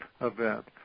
event